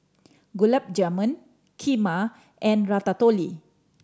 Gulab Jamun Kheema and Ratatouille